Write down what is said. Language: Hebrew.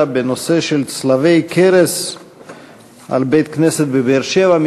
בנושא: צלבי קרס על בית-כנסת בבאר-שבע.